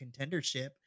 contendership